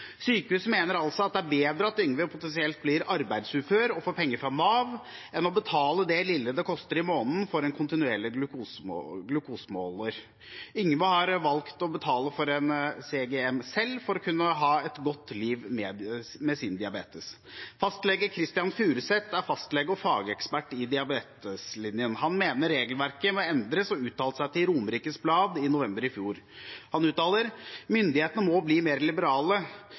Sykehuset mener altså at det er bedre at Yngve potensielt blir arbeidsufør og får penger fra Nav, enn å betale det lille det koster i måneden for en kontinuerlig glukosemåler. Yngve har valgt å betale for en CGM selv for å kunne ha et godt liv med sin diabetes. Kristian Furuseth er fastlege og fagekspert i Diabeteslinjen. Han mener regelverket må endres, og uttalte følgende til Romerikes Blad i november i fjor: «Myndighetene må bli mer liberale.